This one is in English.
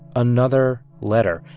another letter,